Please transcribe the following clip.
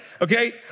okay